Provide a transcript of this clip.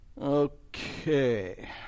Okay